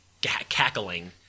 cackling